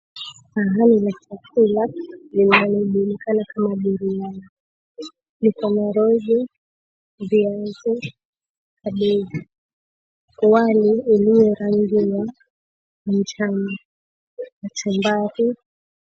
Sahani la chakula linalojulikana kama biryani likona rojo, viazi, kabeji. Wali ulio rangi ya manjano, kachumbari.